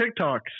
TikToks